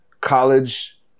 college